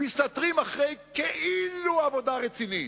מסתתרים מאחורי, כאילו, עבודה רצינית.